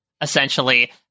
essentially